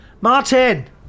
Martin